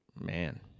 Man